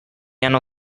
hanno